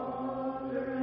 Father